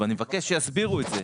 ואני מבקש שיסבירו את זה.